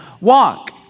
walk